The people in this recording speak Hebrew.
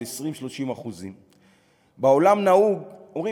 של 20% 30%. בעולם נהוג לומר,